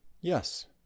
Yes